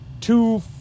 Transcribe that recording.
two